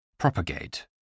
Propagate